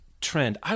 trend